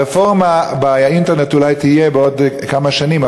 הרפורמה באינטרנט אולי תהיה בעוד כמה שנים,